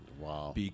Wow